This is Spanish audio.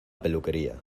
peluquería